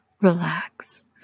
relax